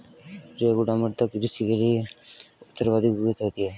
रेगुड़ मृदा किसकी कृषि के लिए सर्वाधिक उपयुक्त होती है?